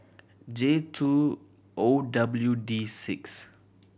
J two O W D six